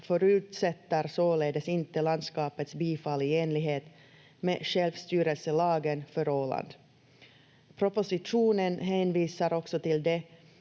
förutsätter således inte landskapets bifall i enlighet med självstyrelselagen för Åland. Propositionen hänvisar också till att